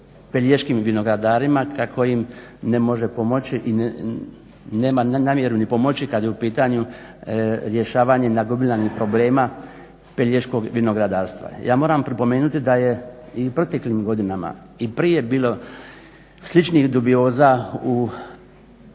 pelješkim vinogradarima kako im ne može pomoći i nema namjeru pomoći kad je u pitanju rješavanje nagomilanih problema pelješkog vinogradarstva. Ja moram pripomenuti da je i u proteklim godinama i prije bilo sličnih dubioza u